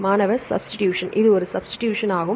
மாணவர் சப்ஸ்டிடூஷன்ஸ் இது ஒரு சப்ஸ்டிடூஷன் ஆகும்